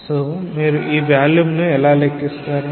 so మీరు ఈ వాల్యూమ్ను ఎలా లెక్కిస్తారు